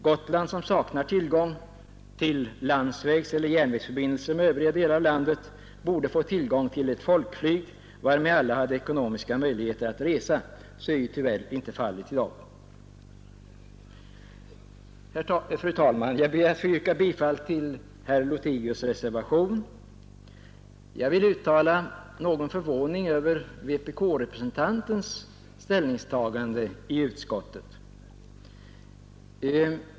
Gotland, som saknar tillgång till landsvägseller järnvägsförbindelser med övriga delar av landet, borde få tillgång till ett folkflyg som alla hade ekonomiska möjligheter att resa med. Så är ju tyvärr inte fallet i dag. Fru talman! Jag ber att få yrka bifall till reservationen av herr Lothigius m.fl. Jag vill uttala någon förvåning över vpk-representantens ställningstagande i utskottet.